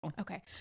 Okay